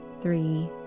three